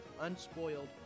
unspoiled